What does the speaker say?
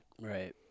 Right